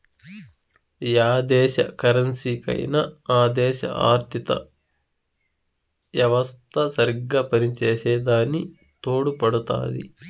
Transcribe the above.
yeah దేశ కరెన్సీకైనా ఆ దేశ ఆర్థిత యెవస్త సరిగ్గా పనిచేసే దాని తోడుపడుతాది